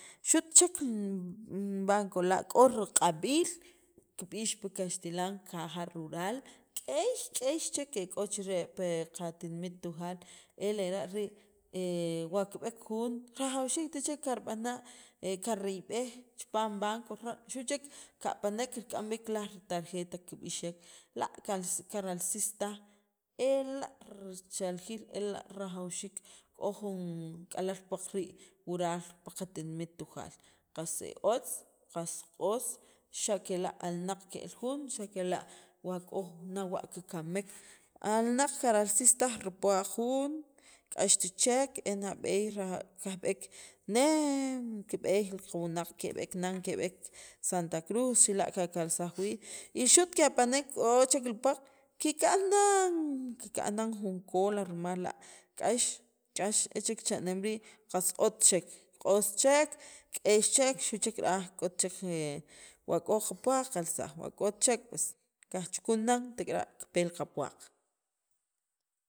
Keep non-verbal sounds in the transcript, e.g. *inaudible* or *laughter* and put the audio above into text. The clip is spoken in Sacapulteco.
xu't chek banco la' k'o riq'ab'iil kib'ix pi kaxtilan caja rural k'ey k'ey che e k'o chek chire' pi qatinimit Tujaal e lera' rii' *hesitation* wa kib'ek jun rajawxiikt chek kirb'ana' kariyb'ej xu' chek kapanek kirk'am b'iik laj ritarjeta kib'ixek la' kir kiralsisitaj ela' richaljiil ela' rajawxiik k'o jun k'alal puwaq rii' wural pil qatinimit Tujaal qas otz qas q'os xa' kela' alnaq ke'l juun xa' kela' k'o jun nawa kikamek alnaq kiralsis taj ripuwaq jun k'axt chek e nab'eey e nab'eey kajb'eek nem kib'eey li wunaq keb'eek nan keb'eek Santa Cruz chila' kikalsakj wii' y xu't ke'apanek k'o chek kipuwaq kikanan kikanan jun cola rimal la k'ax k'ax e chek cha'neem rii' qas otz chek q'os chek k'ey chek xu' chek ra'aj k'ot chek wa k'o qapuwaq kalsaj o wa k'ot chek kajchukun nan tek'ara' kipe qapuwaq.